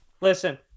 listen